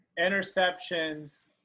Interceptions